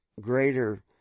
greater